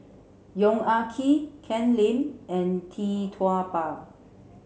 Yong Ah Kee Ken Lim and Tee Tua Ba